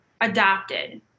adopted